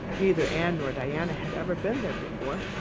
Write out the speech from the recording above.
neither anne nor diana had ever been there before,